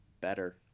better